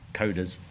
coders